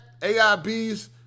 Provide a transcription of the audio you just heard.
AIBs